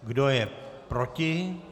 Kdo je proti?